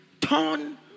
Turn